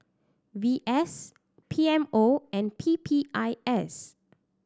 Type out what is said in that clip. V S P M O and P P I S